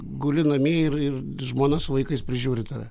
guli namie ir žmona su vaikais prižiūri tave